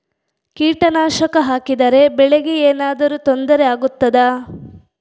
ಕೀಟನಾಶಕ ಹಾಕಿದರೆ ಬೆಳೆಗೆ ಏನಾದರೂ ತೊಂದರೆ ಆಗುತ್ತದಾ?